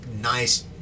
nice